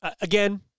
Again